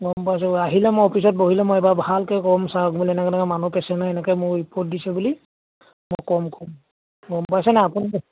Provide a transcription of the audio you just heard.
গম পাইছো আহিলে মই অফিচত বহিলে মই এইবাৰ ভালকৈ ক'ম ছাৰক বুলি এনেকৈ এনেকৈ মানুহ পেছেন্টে এনেকৈ মোক ৰিপৰ্ট দিছে বুলি মই ক'ম ক'ম গম পাইছে নাই আপুনি